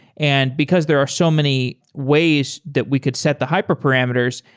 and because there are so many ways that we could set the hyperparameters,